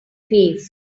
face